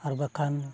ᱟᱨ ᱵᱟᱝᱠᱷᱟᱱ